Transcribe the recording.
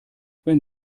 wenn